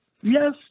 Yes